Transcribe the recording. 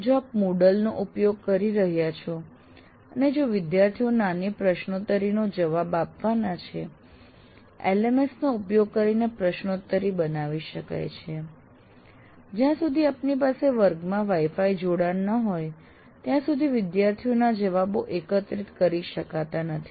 જો આપ MOODLE નો ઉપયોગ કરી રહ્યા છો અને જો વિદ્યાર્થીઓએ નાની પ્રશ્નોત્તરીનો જવાબ આપવાનો છે LMS નો ઉપયોગ કરીને પ્રશ્નોત્તરી બનાવી શકાય છે જ્યાં સુધી આપની પાસે વર્ગમાં વાઇ ફાઇ જોડાણ ન હોય ત્યાં સુધી વિદ્યાર્થીઓના જવાબો એકત્રિત કરી શકાતા નથી